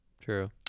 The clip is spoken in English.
true